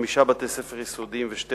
חמישה בתי-ספר יסודיים ושתי